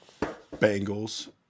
Bengals